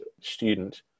student